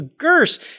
Gers